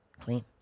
clean